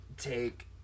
take